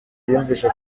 yiyumvisha